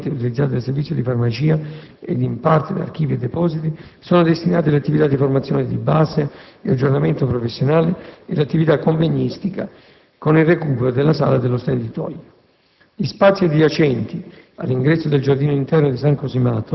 I locali intorno al quadriportico rinascimentale e gli spazi attualmente utilizzati dal servizio di farmacia (e in parte da archivi e depositi) sono destinati alle attività di formazione di base e aggiornamento professionale e all'attività convegnistica, con il recupero della sala dello Stenditoio.